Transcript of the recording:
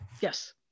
Yes